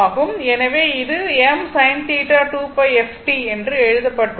எனவே இது m sin 2πf t என்று எழுதப்பட்டுள்ளது